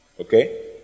Okay